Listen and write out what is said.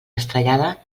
estrellada